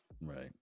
Right